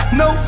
no